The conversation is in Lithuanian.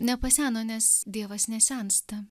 nepaseno nes dievas nesensta